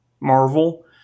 Marvel